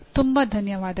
ತುಂಬಾ ಧನ್ಯವಾದಗಳು